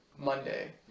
Monday